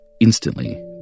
Instantly